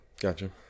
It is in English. Gotcha